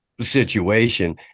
situation